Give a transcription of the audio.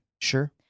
Sure